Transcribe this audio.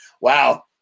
Wow